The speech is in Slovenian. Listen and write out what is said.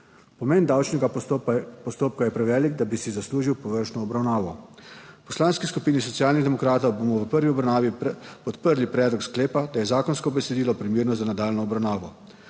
Pomen davčnega postopka je prevelik, da bi si zaslužil površno obravnavo. V Poslanski skupini Socialnih demokratov bomo v prvi obravnavi podprli predlog sklepa, da je zakonsko besedilo primerno za nadaljnjo obravnavo.